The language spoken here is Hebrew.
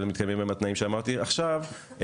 ומתקיימים התנאים שאמרתי עכשיו,